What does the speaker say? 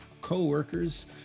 co-workers